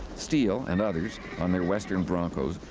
steele and others, on their western broncos,